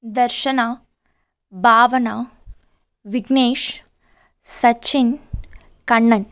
Darshana Bhavana Vignesh Sachin Kannan